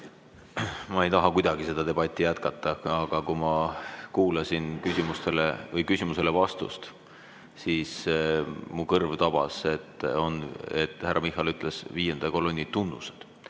Ma ei taha kuidagi seda debatti jätkata. Aga kui ma kuulasin küsimusele vastust, siis mu kõrv tabas, et härra Michal ütles "viienda kolonni tunnused".